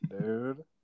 Dude